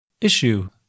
issue